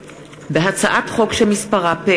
הצעת חוק שירות ביטחון (תיקון,